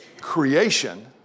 creation